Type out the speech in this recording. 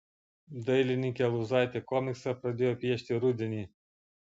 dailininkė aluzaitė komiksą pradėjo piešti rudenį